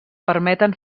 permeten